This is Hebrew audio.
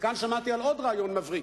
וכאן שמעתי על עוד רעיון מבריק,